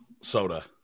Soda